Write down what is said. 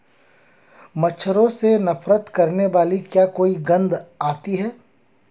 मच्छरों से नफरत करने वाली क्या कोई गंध आती है?